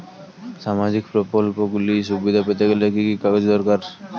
সামাজীক প্রকল্পগুলি সুবিধা পেতে গেলে কি কি কাগজ দরকার?